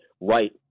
right